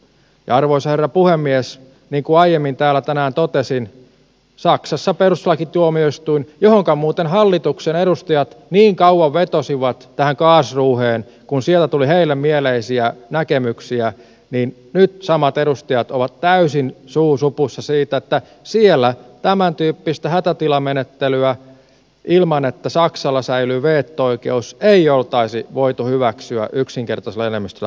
ja arvoisa herra puhemies niin kuin aiemmin täällä tänään totesin kun saksassa perustuslakituomioistuimeen muuten hallituksen edustajat niin kauan vetosivat tähän karlsruheen kuin sieltä tuli heille mieleisiä näkemyksiä niin nyt samat edustajat ovat täysin suu supussa siitä että siellä tämän tyyppistä hätätilamenettelyä ilman että saksalla säilyy veto oikeus ei olisi voitu hyväksyä yksinkertaisella enemmistöllä parlamentissa